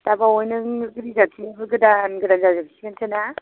दाबावैनो रिजाब थिंबो गोदान गोदान जाजोबसिगोन ना